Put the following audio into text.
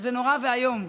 שזה נורא ואיום,